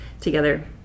together